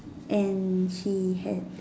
and she has